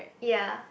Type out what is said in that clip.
ya